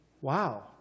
Wow